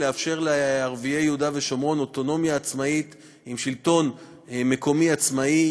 לאפשר לערביי יהודה ושומרון אוטונומיה עצמאית עם שלטון מקומי עצמאי,